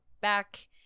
back